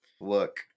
Look